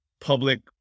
public